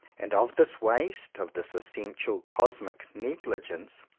and of this waste, of this essential cosmic negligence,